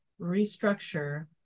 restructure